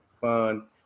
fun